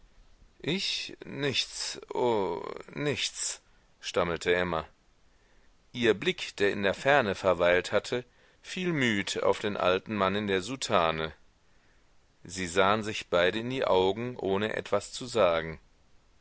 ich nichts oh nichts stammelte emma ihr blick der in der ferne verweilt hatte fiel müd auf den alten mann in der soutane sie sahen sich beide in die augen ohne etwas zu sagen